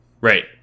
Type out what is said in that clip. Right